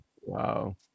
Wow